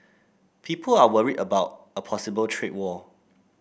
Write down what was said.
people are worried about a possible trade war